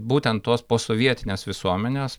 būtent tos posovietinės visuomenės